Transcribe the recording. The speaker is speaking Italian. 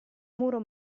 muro